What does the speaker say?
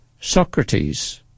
Socrates